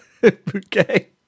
bouquet